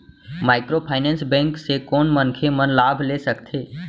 Microfinance bank से कोन मनखे मन लाभ ले सकथे?